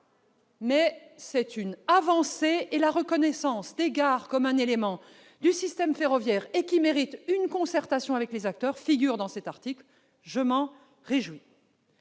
constituent une avancée. La reconnaissance des gares comme un élément du système ferroviaire qui mérite une concertation avec les acteurs figure dans cet article. Je m'en réjouis.